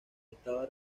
estaba